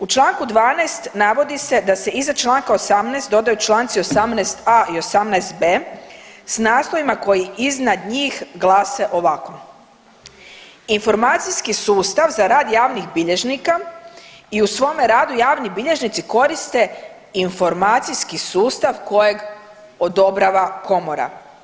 U Članku 12. navodi se da se iza Članka 18. dodaju Članci 18a. i 18b. s naslovima koji iznad njih glase ovako „Informacijski sustav za rad javnih bilježnika i u svome radu javni bilježnici koriste informacijski sustav kojeg odobrava komora“